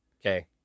Okay